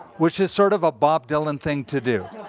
which is sort of a bob dylan thing to do.